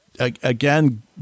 again